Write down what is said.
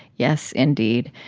yes, indeed.